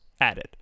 added